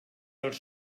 els